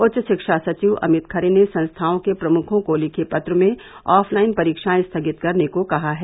उच्च शिक्षा सचिव अमित खरे ने संस्थाओं के प्रमुखों को लिखे पत्र में ऑफलाइन परीक्षाएं स्थगित करने को कहा है